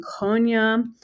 Konya